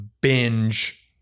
binge